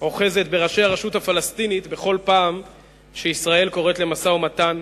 אוחזת בראשי הרשות הפלסטינית בכל פעם שישראל קוראת למשא-ומתן